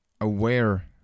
aware